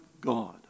God